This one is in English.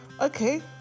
okay